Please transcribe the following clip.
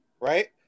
Right